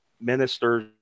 ministers